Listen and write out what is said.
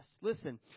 Listen